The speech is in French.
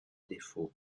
défauts